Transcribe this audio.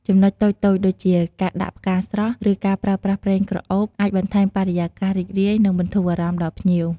ចំណុចតូចៗដូចជា ការដាក់ផ្កាស្រស់ ឬការប្រើប្រាស់ប្រេងក្រអូប អាចបន្ថែមបរិយាកាសរីករាយ និងបន្ធូរអារម្មណ៍ដល់ភ្ញៀវ។